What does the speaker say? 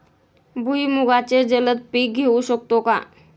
भुईमुगाचे जलद पीक घेऊ शकतो का?